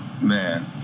Man